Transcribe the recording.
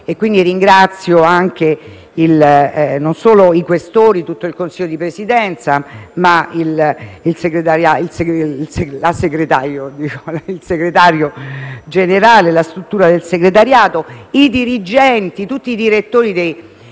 quindi, ringrazio non solo i Questori e tutto il Consiglio di Presidenza, ma anche il Segretario Generale, la struttura del Segretariato e tutti i Direttori dei